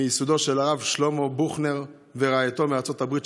מייסודם של הרב שלמה בוכנר ורעייתו מארצות הברית,